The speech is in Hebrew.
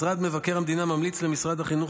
משרד מבקר המדינה ממליץ למשרד החינוך